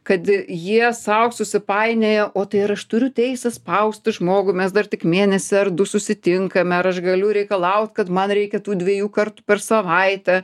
kad jie sau susipainioja o tai ar aš turiu teisę spausti žmogų mes dar tik mėnesį ar du susitinkame ar aš galiu reikalaut kad man reikia tų dviejų kartų per savaitę